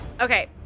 Okay